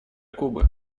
кубы